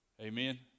Amen